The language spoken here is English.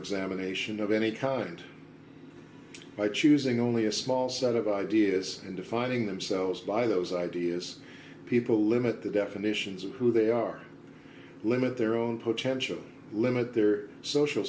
examination of any kind by choosing only a small set of ideas and defining themselves by those ideas people limit the definitions of who they are limit their own potential limit their social